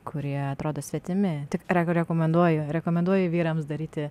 kurie atrodo svetimi tik reko rekomenduoju rekomenduoju vyrams daryti